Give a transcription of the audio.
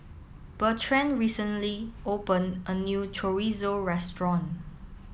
bertrand recently opened a new Chorizo restaurant